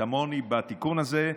כמוני, בתיקון הזה.